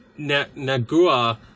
Nagua